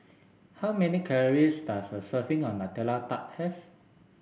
how many calories does a serving of Nutella Tart have